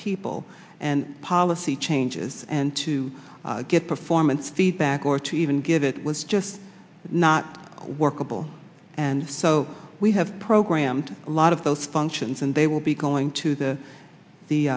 people and policy changes and to get performance feedback or to even give it was just not workable and so we have programmed a lot of those functions and they will be going to the the